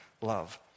love